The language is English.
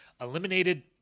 eliminated